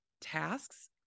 tasks